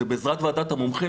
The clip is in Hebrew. ובעזרת ועדת המומחים,